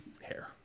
hair